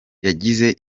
yagize